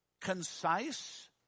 concise